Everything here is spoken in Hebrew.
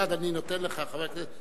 מייד אני נותן לך, חבר הכנסת.